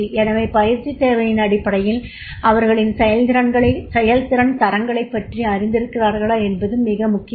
எனவே பயிற்சித் தேவை அடிப்படையில் அவர்கள் செயல்திறன் தரங்களைப் பற்றி அறிந்திருக்கிறார்களா என்பது மிக முக்கியம்